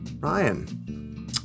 Ryan